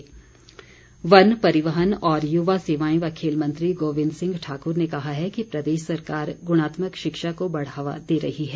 परिवहन मंत्री वन परिवहन और युवा सेवाएं व खेल मंत्री गोविंद सिंह ठाकुर ने कहा है कि प्रदेश सरकार गुणात्मक शिक्षा को बढ़ावा दे रही है